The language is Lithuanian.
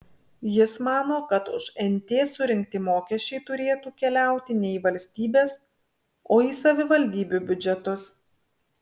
jis mano kad už nt surinkti mokesčiai turėtų keliauti ne į valstybės o į savivaldybių biudžetus